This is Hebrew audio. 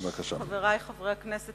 חברי חברי הכנסת,